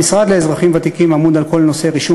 המשרד לאזרחים ותיקים אמון על כל נושא רישום